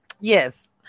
Yes